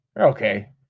okay